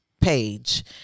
page